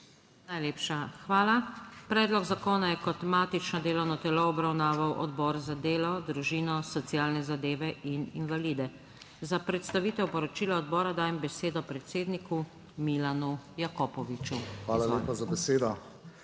Najlepša hvala. Predlog zakona je kot matično delovno telo obravnaval Odbor za delo, družino, socialne zadeve in invalide. Za predstavitev poročila odbora dajem besedo predsedniku Milanu Jakopoviču. **MILAN JAKOPOVIČ